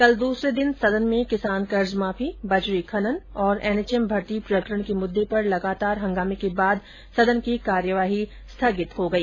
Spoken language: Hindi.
कल दूसरे दिन सदन में किसान कर्ज माफी बजरी खनन और एनएचएम भर्ती प्रकरण के मुद्दे पर लगातार हंगामे के बाद सदन की कार्यवाही स्थगित कर दी गई